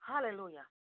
Hallelujah